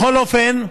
בכל אופן,